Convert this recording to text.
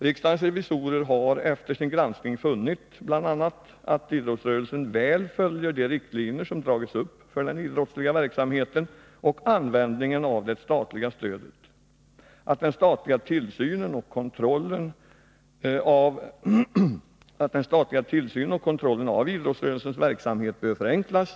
Riksdagens revisorer har efter sin granskning funnit bl.a. att idrottsrörelsen väl följer de riktlinjer som har dragits upp för den idrottsliga verksamheten och användningen av det statliga stödet samt att den statliga tillsynen och kontrollen av idrottsrörelsens verksamhet bör förenklas.